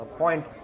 point